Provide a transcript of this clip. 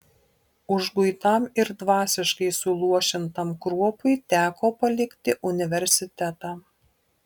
užguitam ir dvasiškai suluošintam kruopui teko palikti universitetą